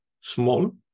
small